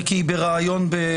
זה כי היא בראיון ב-ynet,